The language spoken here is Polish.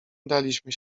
udaliśmy